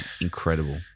incredible